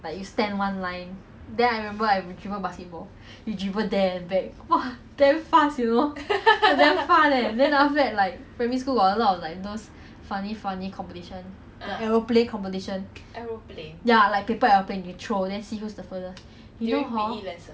paper aeroplane you throw see then see who's the furthest you know hor err I don't know if it's P_E or what but it's like a legit competition kind of thing I got first place in my class eh then I got the cert hor then I represent represent my class orh to fight with the other classes eh